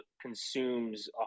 consumes